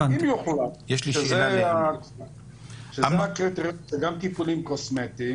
אם יוחלט שבין הקריטריונים זה גם טיפולים קוסמטיים